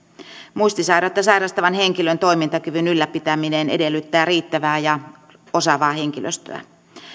muistisairautta sairastavan henkilön toimintakyvyn ylläpitäminen edellyttää riittävää ja osaavaa henkilöstöä